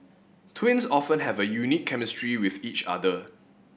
twins often have a unique chemistry with each other